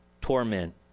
torment